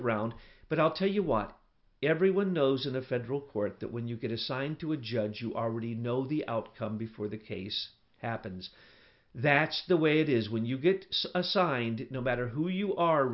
around but i'll tell you what everyone knows in a federal court that when you get assigned to a judge you are ready know the outcome before the case happens that's the way it is when you get assigned no matter who you are